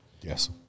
Yes